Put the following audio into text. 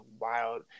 wild